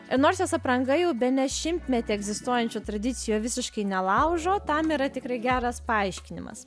nors jos apranga jau bene šimtmetį egzistuojančių tradicijų visiškai nelaužo tam yra tikrai geras paaiškinimas